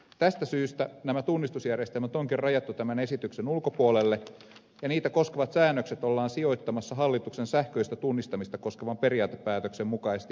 tästä syystä nämä tunnistusjärjestelmät onkin rajattu tämän esityksen ulkopuolelle ja niitä koskevat säännökset ollaan sijoittamassa hallituksen sähköistä tunnistamista koskevan periaatepäätöksen mukaisesti henkilötietolakiin